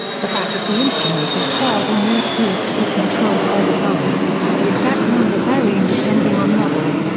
the back of the instrument has twelve or more keys to be controlled by the thumbs, the exact number varying depending on model.